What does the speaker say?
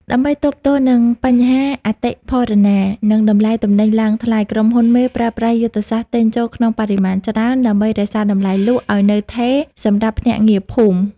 ដើម្បីទប់ទល់នឹង "បញ្ហាអតិផរណា និងតម្លៃទំនិញឡើងថ្លៃ" ក្រុមហ៊ុនមេប្រើប្រាស់យុទ្ធសាស្ត្រ "ទិញចូលក្នុងបរិមាណច្រើន" ដើម្បីរក្សាតម្លៃលក់ឱ្យនៅថេរសម្រាប់ភ្នាក់ងារភូមិ។